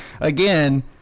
again